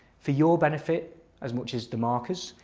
for your benefit as much as the marker's,